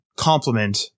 complement